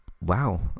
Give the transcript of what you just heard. wow